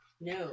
no